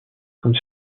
comme